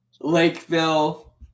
Lakeville